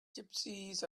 gypsies